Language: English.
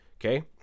Okay